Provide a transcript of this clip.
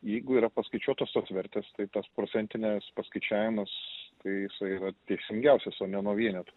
jeigu yra paskaičiuotos tos vertės tai tas procentinės paskaičiavimas tai jisai yra teisingiausias o ne nuo vienetų